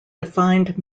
defined